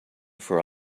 for